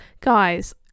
guys